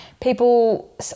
people